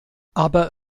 aber